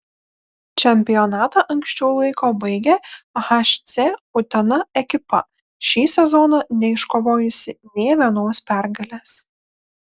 čempionatą anksčiau laiko baigė hc utena ekipa šį sezoną neiškovojusi nė vienos pergalės